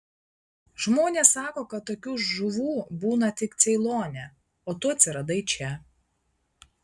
žmonės sako kad tokių žuvų būna tik ceilone o tu atsiradai čia